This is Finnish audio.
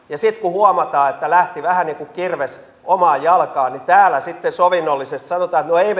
ja sitten kun huomataan että lähti vähän niin kuin kirves omaan jalkaan niin täällä sitten sovinnollisesti sanotaan